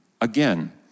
Again